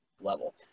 level